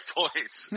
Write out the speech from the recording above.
points